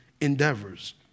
endeavors